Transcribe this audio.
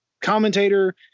commentator